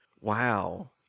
Wow